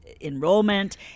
enrollment